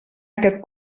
aquest